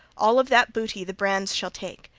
all of that booty the brands shall take,